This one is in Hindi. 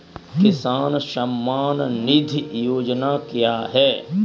किसान सम्मान निधि योजना क्या है?